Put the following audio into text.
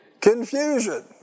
Confusion